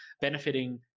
benefiting